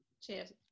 Cheers